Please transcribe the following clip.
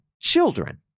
children